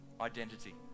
identity